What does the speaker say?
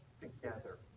together